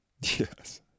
Yes